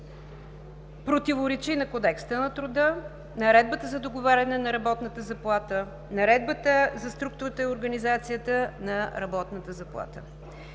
противоречи на Кодекса на труда, Наредбата за договаряне на работната заплата, Наредбата за структурите и организацията на работната заплата.